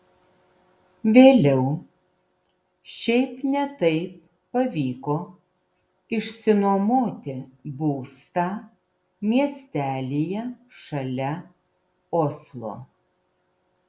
vėliau šiaip ne taip pavyko išsinuomoti būstą miestelyje šalia oslo